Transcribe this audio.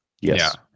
yes